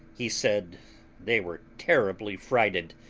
he said they were terribly frighted,